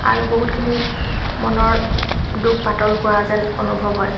আৰু বহুতখিনি মনৰ দুখ পাতল হোৱা যেন অনুভৱ হয়